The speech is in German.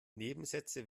nebensätze